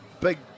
big